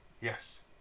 Yes